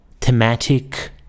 thematic